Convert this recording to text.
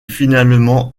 finalement